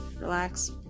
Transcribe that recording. relax